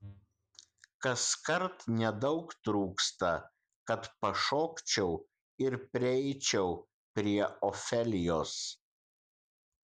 kaskart nedaug trūksta kad pašokčiau ir prieičiau prie ofelijos